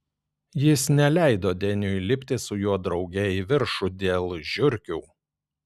jis neleido deniui lipti su juo drauge į viršų dėl žiurkių